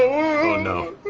oh no,